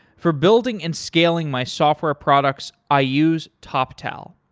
for building and scaling my software products i use toptal.